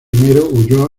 huyó